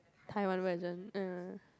Taiwan version yeah